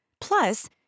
Plus